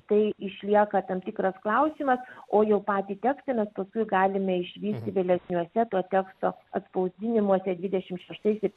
tai išlieka tam tikras klausimas o jau patį tekstą mes paskui galime išvysti vėlesniuose to teksto atspausdinimuose dvidešim šeštais ir